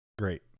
Great